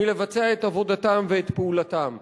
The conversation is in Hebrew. מלבצע את עבודתם ואת פעולתם.